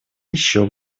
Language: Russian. еще